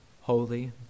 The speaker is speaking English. Holy